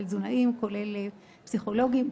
תזונאים ופסיכולוגים.